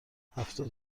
هفتاد